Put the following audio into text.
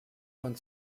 von